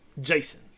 Jason